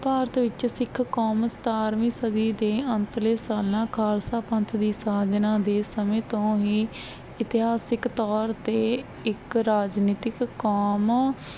ਭਾਰਤ ਵਿੱਚ ਸਿੱਖ ਕੌਮ ਸਤਾਰ੍ਹਵੀਂ ਸਦੀ ਦੇ ਅੰਤਲੇ ਸਾਲਾਂ ਖਾਲਸਾ ਪੰਥ ਦੀ ਸਾਜਨਾ ਦੇ ਸਮੇਂ ਤੋਂ ਹੀ ਇਤਿਹਾਸਿਕ ਤੌਰ 'ਤੇ ਇੱਕ ਰਾਜਨੀਤਿਕ ਕੌਮ